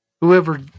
Whoever